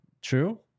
True